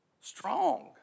Strong